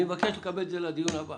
אני מבקש לקבל את זה לדיון הבא.